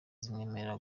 zimwemerera